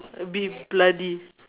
a bit bloody